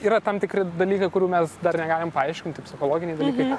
yra tam tikri dalykai kurių mes dar negalim paaiškint tai psichologiniai dalykai